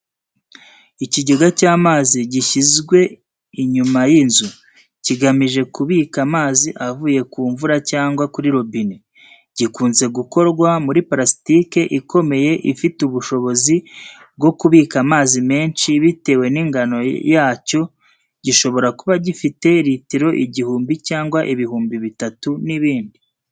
Ikigega cy’amazi gishyizwe inyuma y’inzu, kigamije kubika amazi avuye ku mvura cyangwa kuri robine. Gikunze gukorwa mu muri plastique ikomeye ifite ubushobozi bwo kubika amazi menshi biterwa n’ingano yacyo gishobora kuba gifite ritiro igihumbi cyangwa ibihumbi bitatu n'ibindi.